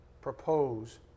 propose